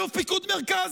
אלוף פיקוד המרכז.